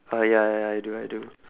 uh ya ya ya I do I do